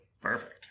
Perfect